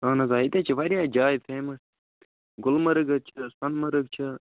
اہن حظ آ ییٚتہِ حظ چھِ وارِیاہ جایہِ فیمس گُلمرگ حظ چھِ حظ سۄنہٕ مرگ چھِ